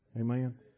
Amen